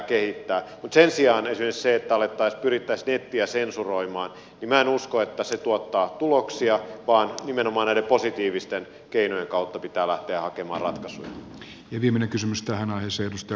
mutta sen sijaan kyse ei ole päästy ripeästi ja minä en usko että esimerkiksi se että pyrittäisiin nettiä sensuroimaan tuottaa tuloksia vaan nimenomaan niiden positiivisten keinojen kautta pitää lähteä hakemaan ratkaisuja